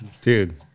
dude